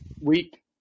week